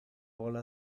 vole